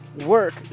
work